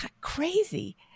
crazy